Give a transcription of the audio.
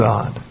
God